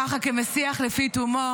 ככה כמשיח לפי תומו,